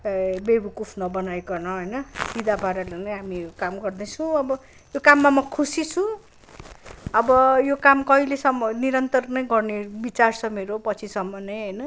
वेवकुफ नबनाइकन होइन सिधा पाराले नै हामीले काम गर्दैछौँ अब यो काममा म खुशी छु अब यो काम कहिलेसम्म निरन्तर नै गर्ने विचार छ मेरो पछिसम्म नै होइन